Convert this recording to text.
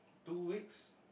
two weeks